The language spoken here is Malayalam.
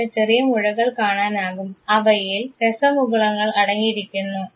നിങ്ങൾക്ക് ചെറിയ മുഴകൾ കാണാനാകും അവയിൽ രസമുകുളങ്ങൾ അടങ്ങിയിരിക്കുന്നു